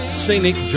scenic